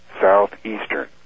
Southeastern